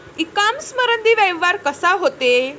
इ कामर्समंदी व्यवहार कसा होते?